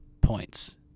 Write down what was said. points